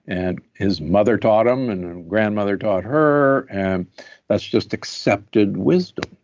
and his mother taught him and and grandmother taught her and that's just accepted wisdom.